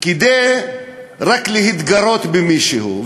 רק כדי להתגרות במישהו.